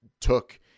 took